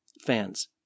fans